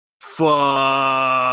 fuck